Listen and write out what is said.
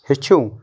ہیٚچھِو